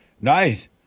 Nice